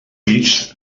ells